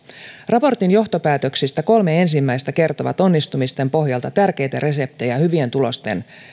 raportin johtopäätöksistä kolme ensimmäistä kertoo onnistumisten pohjalta tärkeitä reseptejä hyvien tulosten